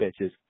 bitches